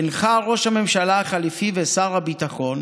הנחה ראש הממשלה החליפי ושר הביטחון